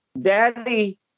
Daddy